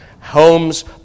homes